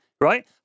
right